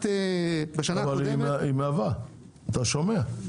אבל היא מהווה, אתה שומע.